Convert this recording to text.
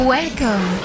Welcome